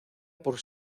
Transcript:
por